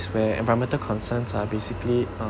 where environmental concerns are basically um